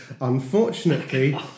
unfortunately